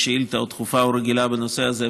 שאילתה או דחופה או רגילה בנושא הזה,